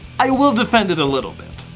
i will defend it a little bit.